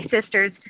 sisters